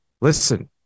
listen